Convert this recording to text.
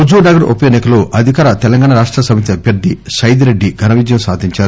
హుజుర్ నగర్ ఉప ఎన్సి కలో అధికార తెలంగాణ రాష్ట సమితి అభ్యర్ది సైదిరెడ్డి ఘన విజయం సాధించారు